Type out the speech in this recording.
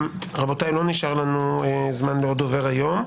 לא נשאר לנו זמן לעוד דובר היום.